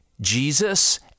Jesus